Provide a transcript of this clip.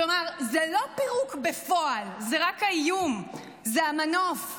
כלומר, זה לא פירוק בפועל, זה רק האיום, זה המנוף,